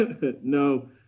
No